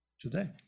today